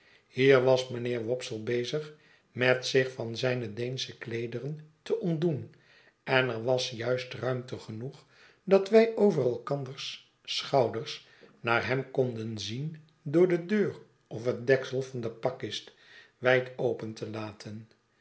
hier was mijnheer wopsle bezig met zich van zijne deensche kleederen te ontdoen en er was juist ruimte genoeg dat wij over elkanders schouders naar hem konden zien door de deur of het deksel van de pakjdst wij d open telaten